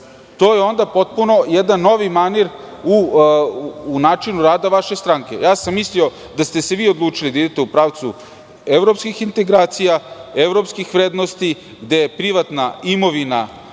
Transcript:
to je onda potpuno jedan novi manir u načinu rada vaše stranke. Mislio sam da ste se odlučili da idete u pravcu evropskih integracija, evropskih vrednosti, gde je privatna imovina